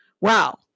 wow